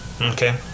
Okay